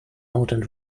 modern